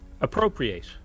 appropriate